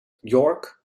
york